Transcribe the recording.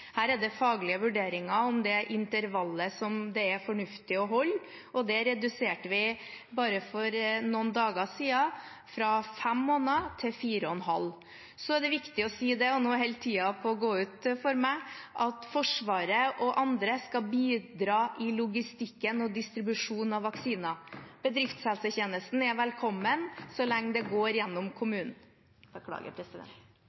Her er det faglige vurderinger som gjøres om det intervallet som det er fornuftig å holde. Det reduserte vi fra fem måneder til fire og en halv måned for bare noen dager siden. Så er det viktig å si – og nå holder tiden på å renne ut for meg – at Forsvaret og andre skal bidra i logistikken og distribusjonen av vaksiner. Bedriftshelsetjenesten er velkommen så lenge det går gjennom